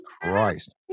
Christ